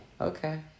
okay